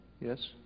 yes